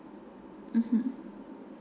mmhmm